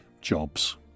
jobs